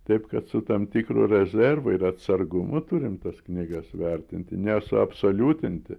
taip kad su tam tikru rezervu ir atsargumu turim tas knygas vertinti nesuabsoliutinti